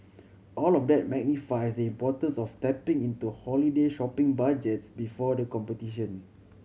all of that magnifies the importance of tapping into holiday shopping budgets before the competition